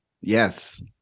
yes